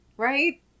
Right